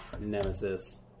Nemesis